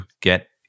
get